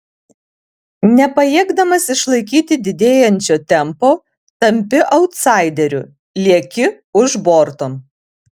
nepajėgdamas išlaikyti didėjančio tempo tampi autsaideriu lieki už borto